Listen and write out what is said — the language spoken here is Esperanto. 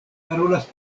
parolas